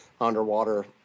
underwater